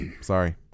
Sorry